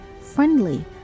friendly